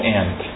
end